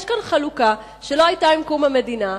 יש כאן חלוקה שלא היתה עם קום המדינה,